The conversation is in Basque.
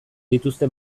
dituzte